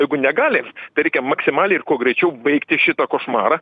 jeigu negali tai reikia maksimaliai ir kuo greičiau baigti šitą košmarą